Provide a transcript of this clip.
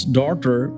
daughter